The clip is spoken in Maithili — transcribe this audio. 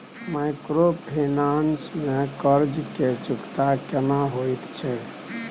माइक्रोफाइनेंस में कर्ज के चुकता केना होयत छै?